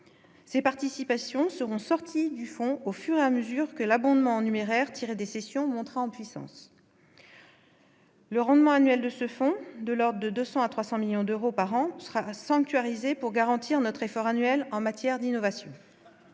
ces participations seront sortis du fond au fur et à mesure que l'abondement numéraire tirés des cessions montera en puissance. Le rendement annuel de ce fonds de l'ordre de 200 à 300 millions d'euros par an sera sanctuarisée, pour garantir notre effort annuel en matière d'innovation,